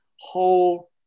whole